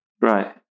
right